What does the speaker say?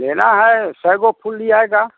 लेना है सहगो फूल लियाएगा